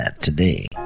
today